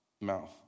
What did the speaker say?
mouth